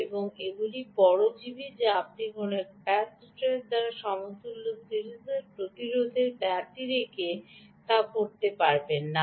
তবে এগুলি পরজীবী যা আপনি কোনও ক্যাপাসিটর দ্বারা সমতুল্য সিরিজের প্রতিরোধ ব্যতিরেকে করতে পারবেন না